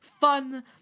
fun